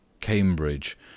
Cambridge